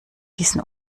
diesen